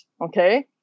okay